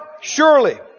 Surely